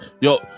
Yo